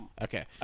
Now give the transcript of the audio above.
Okay